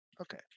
Okay